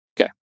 Okay